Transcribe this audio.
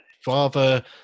father